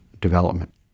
development